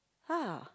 !huh!